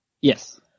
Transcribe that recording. Yes